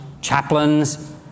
chaplains